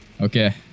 Okay